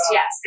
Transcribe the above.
Yes